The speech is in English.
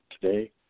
today